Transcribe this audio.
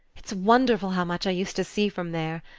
it's wonderful how much i used to see from there!